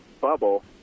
bubble